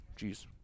Jeez